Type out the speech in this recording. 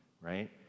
right